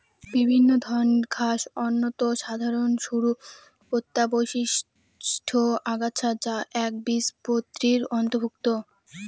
বিভিন্ন ধরনের ঘাস অত্যন্ত সাধারন সরু পাতাবিশিষ্ট আগাছা যা একবীজপত্রীর অন্তর্ভুক্ত